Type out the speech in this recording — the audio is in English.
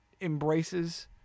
embraces